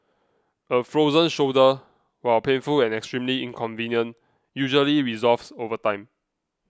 a frozen shoulder while painful and extremely inconvenient usually resolves over time